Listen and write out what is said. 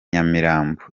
nyamirambo